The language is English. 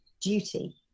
duty